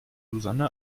susanne